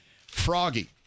Froggy